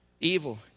Evil